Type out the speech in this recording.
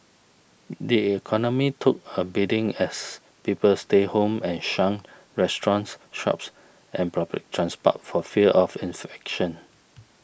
the economy took a beating as people stayed home and shunned restaurants shops and public transport for fear of infection